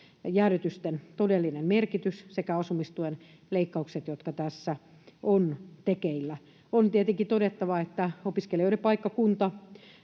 indeksijäädytysten todellinen merkitys sekä asumistuen leikkaukset, jotka tässä ovat tekeillä. On tietenkin todettava, että opiskelijoiden paikkakunta,